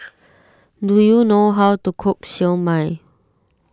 do you know how to cook Siew Mai